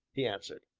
he answered.